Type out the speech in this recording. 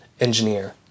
engineer